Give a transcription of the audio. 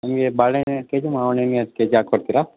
ನನಗೆ ಬಾಳೆಹಣ್ ಎರಡು ಕೆಜಿ ಮಾವ್ನ ಹಣ್ ಎರಡು ಕೆಜಿ ಹಾಕ್ಕೊಡ್ತೀರಾ